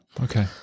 Okay